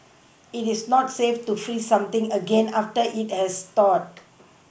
it is not safe to freeze something again after it has thawed